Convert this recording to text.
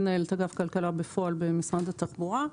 מנהלת אגף כלכלה בפועל במשרד התחבורה.